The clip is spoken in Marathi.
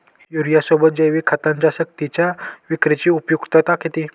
युरियासोबत जैविक खतांची सक्तीच्या विक्रीची उपयुक्तता किती?